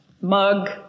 mug